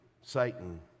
Satan